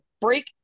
break